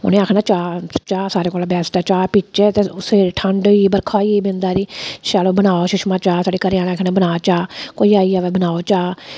उ'नें आक्खना चाह् चाह् सारे कोला बैस्ट ऐ चाह् पीच्चै ते उस्सै लै ठंड बरखा होई गेई बिंद हारी शैल बनाओ सुषमा चाह् साढ़े घरै आहलें आक्खना बना चाह् कोई आई जावै बनाओ चाह्